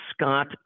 Scott